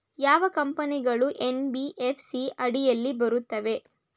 ಯಾವ ಕಂಪನಿಗಳು ಎನ್.ಬಿ.ಎಫ್.ಸಿ ಅಡಿಯಲ್ಲಿ ಬರುತ್ತವೆ?